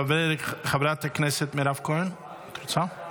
חברת הכנסת מירב כהן, את רוצה?